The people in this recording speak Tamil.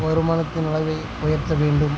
வருமானத்தின் அளவை உயர்த்தவேண்டும்